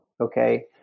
Okay